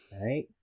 Right